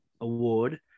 award